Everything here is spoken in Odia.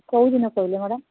କେଉଁ ଦିନ କହିଲେ ମ୍ୟାଡ଼ମ୍